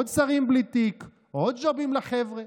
עוד שרים בלי תיק, עוד ג'ובים לחברה,